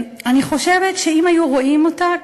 אני חושבת שאם היו רואים אותה,